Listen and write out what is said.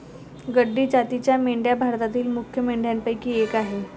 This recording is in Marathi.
गड्डी जातीच्या मेंढ्या भारतातील मुख्य मेंढ्यांपैकी एक आह